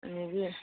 ꯑꯗꯒꯤ